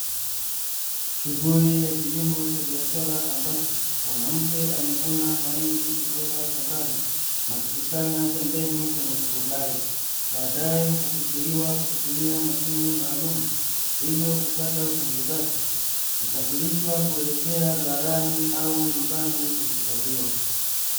Shughuli ya kilimo cha biashara ambapo, mwanamke amevuna mahindi kutoka shambani, na kukusanya pembeni kwenye turubai. Baadaye hupukuchuliwa kwa kutumia mashine maalumu, hivyo kupata punje zake husafirishwa kuelekea ghalani au nyumbani kuhifadhiwa.